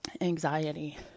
anxiety